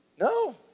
No